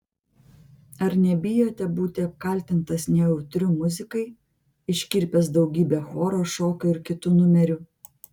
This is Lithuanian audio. ar nebijote būti apkaltintas nejautriu muzikai iškirpęs daugybę choro šokio ir kitų numerių